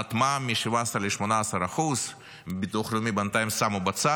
העלאת מע"מ מ-17% ל-18%; את ביטוח לאומי בינתיים שמו בצד,